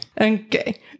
Okay